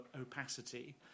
opacity